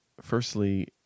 firstly